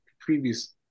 previous